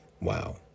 Wow